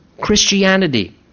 Christianity